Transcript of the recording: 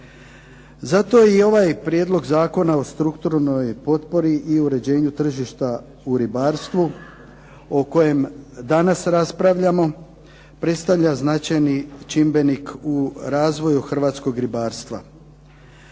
Zato i ovaj Prijedlog zakona o strukturnoj potpori i uređenju tržišta u ribarstvu o kojem danas raspravljamo predstavlja značajni čimbenik u razvoju Hrvatskog ribarstva,